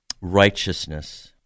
righteousness